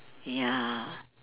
ya